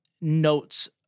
notes